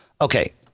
Okay